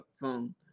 phone